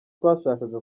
twashakaga